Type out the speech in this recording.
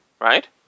right